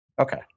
Okay